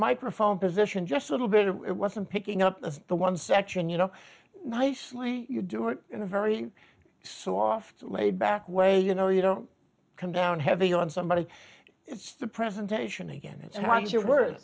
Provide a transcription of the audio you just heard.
microphone position just a little bit it wasn't picking up the one section you know nicely you do it in a very soft laidback way you know you don't come down heavy on somebody it's the presentation again